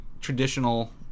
traditional